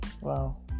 Wow